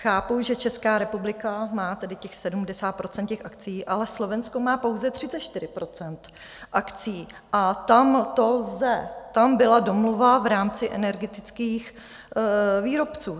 Chápu, Česká republika má tedy těch 70 % akcií, ale Slovensko má pouze 34 % akcií a tam to lze, tam byla domluva v rámci energetických výrobců.